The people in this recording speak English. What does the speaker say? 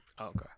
okay